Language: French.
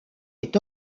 est